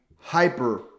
hyper